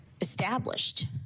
established